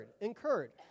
incurred